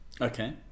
Okay